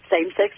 same-sex